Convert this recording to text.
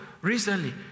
recently